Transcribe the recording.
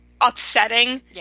upsetting